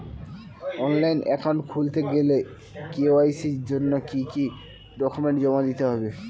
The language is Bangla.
অনলাইন একাউন্ট খুলতে গেলে কে.ওয়াই.সি জন্য কি কি ডকুমেন্ট জমা দিতে হবে?